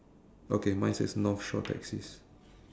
okay mine says north shore taxis